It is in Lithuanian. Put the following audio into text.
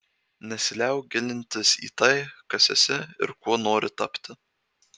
nesiliauk gilintis į tai kas esi ir kuo nori tapti